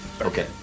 Okay